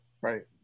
Right